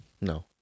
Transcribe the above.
No